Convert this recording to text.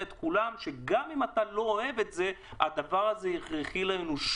את כולם שגם אם אתה לא אוהב את זה הדבר הזה הכרחי לאנושות.